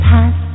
Pass